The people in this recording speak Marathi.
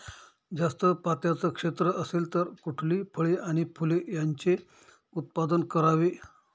जास्त पात्याचं क्षेत्र असेल तर कुठली फळे आणि फूले यांचे उत्पादन करावे?